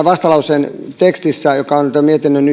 vastalauseen tekstissä joka on tämän mietinnön